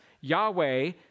Yahweh